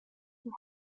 were